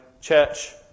church